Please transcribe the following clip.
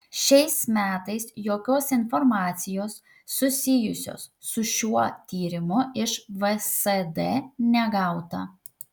šiais metais jokios informacijos susijusios su šiuo tyrimu iš vsd negauta